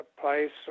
place